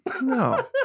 no